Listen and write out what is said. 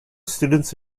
students